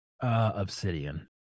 obsidian